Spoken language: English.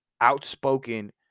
outspoken